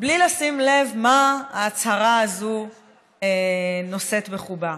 בלי לשים לב מה ההצהרה הזו נושאת בחובה,